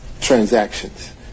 transactions